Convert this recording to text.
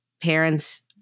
parents